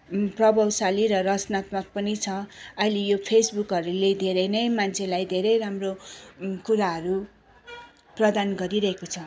प्रभावशाली र रचनात्मक पनि छ अहिले यो फेसबुकहरूले धेरै नै मान्छेलाई धेरै राम्रो कुराहरू प्रदान गरिरहेको छ